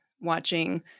watching